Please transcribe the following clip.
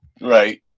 Right